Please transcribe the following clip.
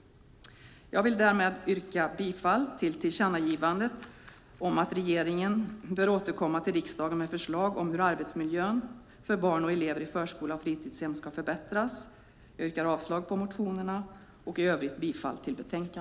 Med detta yrkar jag bifall till förslaget i betänkandet med tillkännagivandet att regeringen bör återkomma till riksdagen med förslag om hur arbetsmiljön för barn och elever i förskola i fritidshem ska förbättras. Jag yrkar avslag på motionerna.